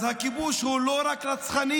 אז הכיבוש הוא לא רק רצחני,